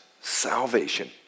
salvation